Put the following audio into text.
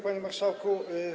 Panie Marszałku!